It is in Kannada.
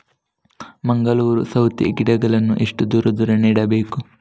ಮಂಗಳೂರು ಸೌತೆ ಗಿಡಗಳನ್ನು ಎಷ್ಟು ದೂರ ದೂರ ನೆಡಬೇಕು?